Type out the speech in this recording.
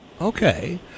Okay